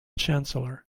chancellor